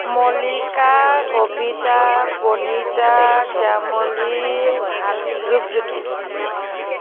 Mallika Kabita Pranita Shyamali Rupjyoti